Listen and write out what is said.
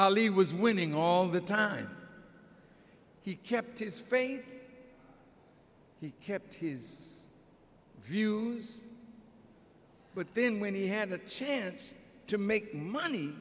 it was winning all the time he kept his face he kept his view but then when he had a chance to make money